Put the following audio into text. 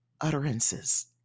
utterances